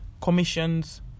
commissions